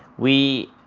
we